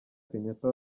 kenyatta